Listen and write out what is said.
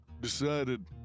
decided